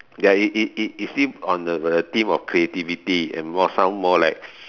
ya it it it it it seem on the on the theme of creativity and more sound more like